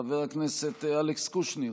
חבר הכנסת אלכס קושניר,